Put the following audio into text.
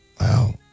Wow